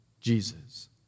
Jesus